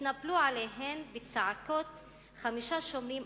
התנפלו עליהן בצעקות חמישה שומרים,